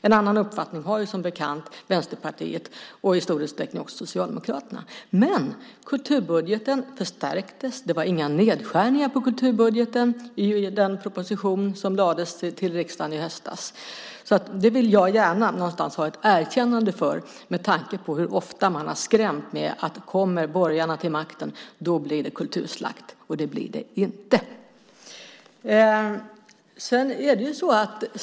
En annan uppfattning har ju som bekant Vänsterpartiet och i stor utsträckning också Socialdemokraterna. Men kulturbudgeten förstärktes. Det var inga nedskärningar på kulturbudgeten i den proposition som lades till riksdagen i höstas. Så det vill jag gärna någonstans ha ett erkännande för, med tanke på hur ofta man har skrämt med att om borgarna kommer till makten då blir det kulturslakt. Det blir det inte.